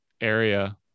area